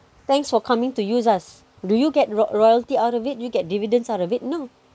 thanks for coming to use us do you get ro~ royalty out of it you get dividends out of it no